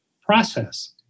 process